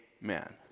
man